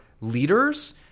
leaders